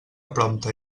prompte